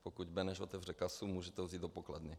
Pokud Beneš otevře kasu, můžete ho vzít do pokladny.